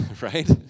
right